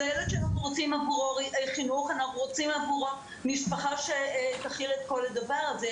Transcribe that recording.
אלא זה ילד שאנחנו רוצים עבורו חינוך ומשפחה שתכיל את כל הדבר הזה.